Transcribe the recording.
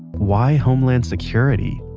why homeland security?